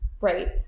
right